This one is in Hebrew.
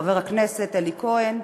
חבר הכנסת אלי כהן,